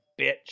bitch